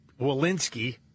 Walensky